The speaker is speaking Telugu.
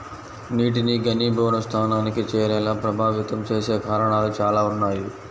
నీటిని ఘనీభవన స్థానానికి చేరేలా ప్రభావితం చేసే కారణాలు చాలా ఉన్నాయి